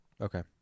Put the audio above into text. Okay